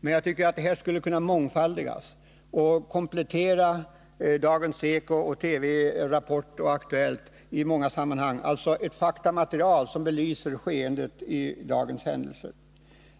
Men jag tycker att sådana program skulle kunna mångfaldigas och komplettera Dagens eko samt TV:s Rapport och Aktuellt. Vi behöver ett faktamaterial, som belyser skeendet och dagens händelser.